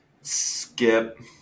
Skip